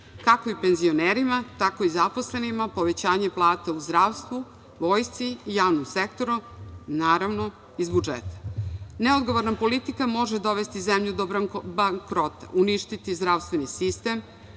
Kako penzionerima, tako i zaposlenima povećanje plata u zdravstvu, vojsci i javnom sektoru, naravno iz budžeta. Neodgovorna politika može dovesti zemlju do bankrota, uništiti zdravstveni sistem,